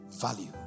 value